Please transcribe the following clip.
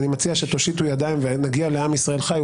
אני מציע שתושיטו ידיים ונגיע לעם ישראל חי,